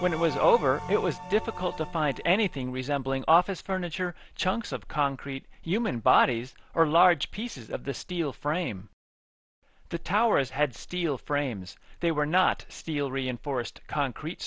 when it was over it was difficult to find anything resembling office furniture chunks of concrete human bodies or large pieces of the steel frame the towers had steel frames they were not steel reinforced concrete